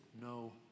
no